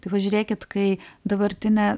pažiūrėkit kai dabartinė